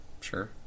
sure